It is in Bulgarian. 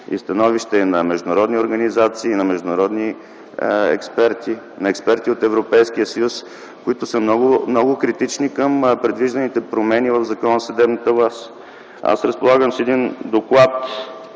има становища и на международни организации, и на международни експерти, и на експерти от Европейския съюз, които са много критични към предвижданите промени в Закона за съдебната власт. Аз разполагам с доклад,